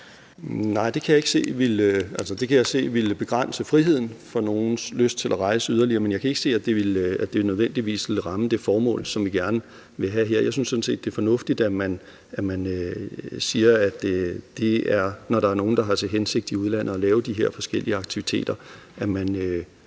Nej, det kan jeg se ville begrænse nogles lyst til at rejse yderligere, men jeg kan ikke se, at det nødvendigvis ville tjene det formål, som vi gerne vil have det gør her. Jeg synes sådan set, det er fornuftigt, at man siger, at det er, når der er nogen, der har til hensigt at lave de her forskellige aktiviteter i